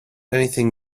anything